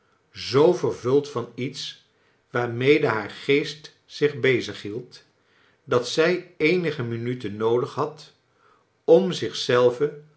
zoo vervuld van lets waarmede haar geest zich bezig hield dat zij eenige minuten noodig had om